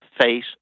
face